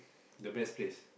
the best place